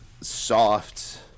soft